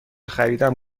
خریدم